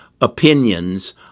opinions